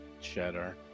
cheddar